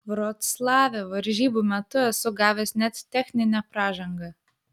vroclave varžybų metu esu gavęs net techninę pražangą